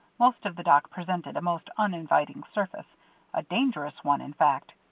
most of the dock presented a most uninviting surface a dangerous one, in fact.